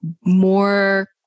more